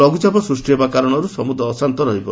ଲଘୁଚାପ ସୃଷି ହେବା କାରଣରୁ ସମୁଦ୍ର ଅଶାନ୍ତ ରହିବ